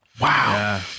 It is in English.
Wow